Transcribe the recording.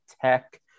Tech